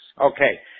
okay